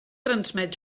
transmet